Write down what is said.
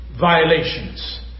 violations